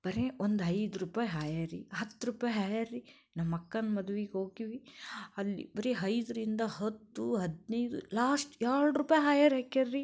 ಬರೀ ಒಂದು ಐದು ರೂಪಾಯಿ ಹಾಯೆರಿ ಹತ್ತು ರೂಪಾಯಿ ಹಾಯೆರಿ ನಮ್ಮಅಕ್ಕನ ಮದುವೆಗ್ ಹೋಗೀವಿ ಅಲ್ಲಿ ಬರೀ ಐದರಿಂದ ಹತ್ತು ಹದಿನೈದು ಲಾಸ್ಟ್ ಎರಡು ರೂಪಾಯಿ ಹಾಯೆರಾಕಿಯಾರೀ